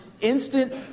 instant